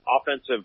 offensive